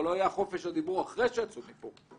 אבל לא היה חופש הדיבור אחרי שיצאו מפה.